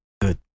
good